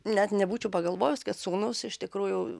net nebūčiau pagalvojus kad sūnus iš tikrųjų